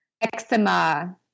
eczema